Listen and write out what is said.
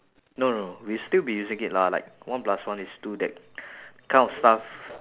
no no no we'll still be using it lah like one plus one is two that kind of stuff